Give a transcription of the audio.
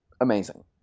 amazing